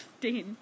Dean